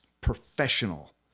professional